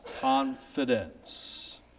confidence